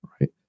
Right